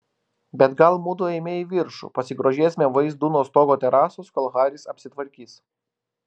bet gal mudu eime į viršų pasigrožėsime vaizdu nuo stogo terasos kol haris apsitvarkys